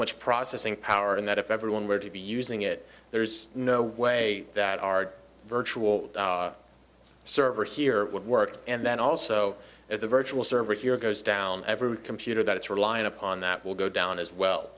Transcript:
much processing power and that if everyone were to be using it there's no way that our virtual server here would work and then also if the virtual server here goes down every computer that it's relying upon that will go down as well